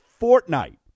Fortnite